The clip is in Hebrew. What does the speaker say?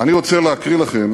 אני רוצה לקרוא לכם